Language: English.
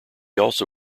also